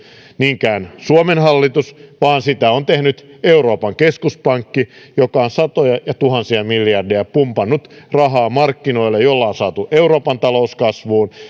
niinkään suomen hallitus vaan sitä on tehnyt euroopan keskuspankki joka on satoja ja tuhansia miljardeja pumpannut rahaa markkinoille millä on saatu euroopan talous kasvuun